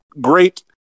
great